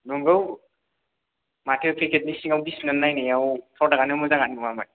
नोंगौ माथो पेकेटनि सिङाव बिसिनानै नायनायाव प्रडाक्टआनो मोजांआनो नङामोन